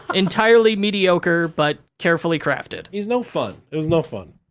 entirely mediocre, but carefully crafted. he's no fun, it was no fun.